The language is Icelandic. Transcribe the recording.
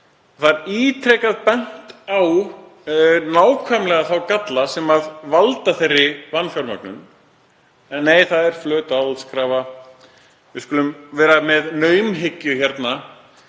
Það er ítrekað bent á nákvæmlega þá galla sem valda þeirri vanfjármögnun. En nei, það er flöt aðhaldskrafa. Við skulum vera með naumhyggju hérna